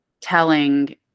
telling